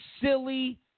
silly